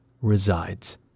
resides